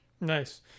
nice